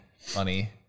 Funny